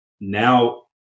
now